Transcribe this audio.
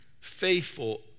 faithful